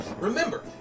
Remember